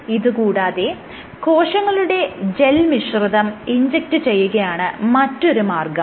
ഇത് കൂടാതെ കോശങ്ങളുടെ ജെൽ മിശ്രിതം ഇൻജെക്റ്റ് ചെയ്യുകയാണ് മറ്റൊരു മാർഗ്ഗം